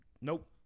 Nope